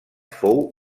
fou